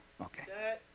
okay